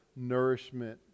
nourishment